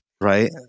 Right